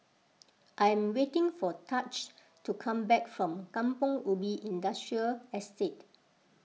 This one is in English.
I am waiting for Tahj to come back from Kampong Ubi Industrial Estate